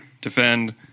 defend